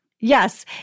Yes